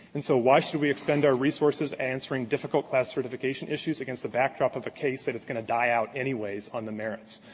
and so why should we expend our resources answering difficult class certification issues against the backdrop of a case that's going to die out anyways on the merits.